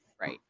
right